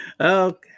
Okay